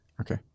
Okay